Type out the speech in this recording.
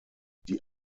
die